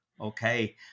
Okay